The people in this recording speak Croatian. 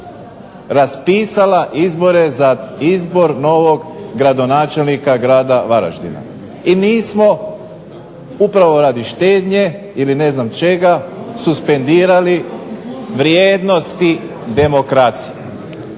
raspisala izbore za izbor novog gradonačelnika grada Varaždina. I nismo upravo radi štednje ili ne znam čega suspendirali vrijednosti demokracije.